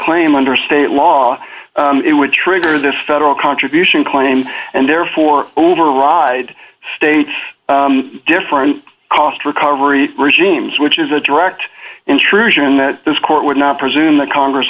claim under state law it would trigger the federal contribution claim and therefore override state different cost recovery regimes which is a direct intrusion a court would not presume the congress